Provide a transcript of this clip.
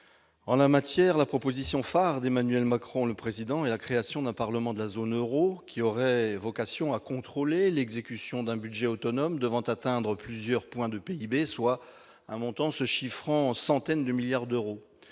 En la matière, la proposition phare d'Emmanuel Macron, le président et la création d'un parlement de la zone Euro qui aurait vocation à contrôler l'exécution d'un budget autonome devant atteindre plusieurs points de PIB, soit un montant se chiffre en centaines de milliards d'euros